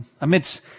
amidst